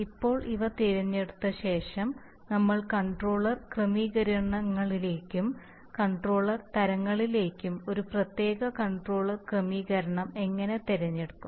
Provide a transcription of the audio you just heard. ഇപ്പോൾ ഇവ തിരഞ്ഞെടുത്ത ശേഷം നമ്മൾ കൺട്രോളർ ക്രമീകരണങ്ങളിലേക്കും കൺട്രോളർ തരങ്ങളിലേക്കും ഒരു പ്രത്യേക കൺട്രോളർ ക്രമീകരണം എങ്ങനെ തിരഞ്ഞെടുക്കും